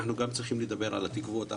אנחנו גם צריכים לדבר על התקוות,